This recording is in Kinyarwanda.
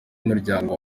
umuryango